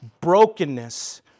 brokenness